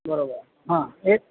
હા બરોબર એ